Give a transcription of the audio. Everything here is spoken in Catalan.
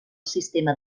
sistema